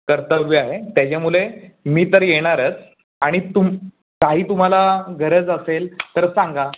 कर्तव्य आहे त्याच्यामुळे मी तर येणारच आणि तुम् काही तुम्हाला गरज असेल तर सांगा